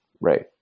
right